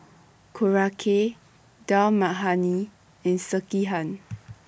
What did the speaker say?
Korokke Dal Makhani and Sekihan